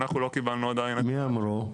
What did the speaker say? אנחנו לא קיבלנו מי אמרו?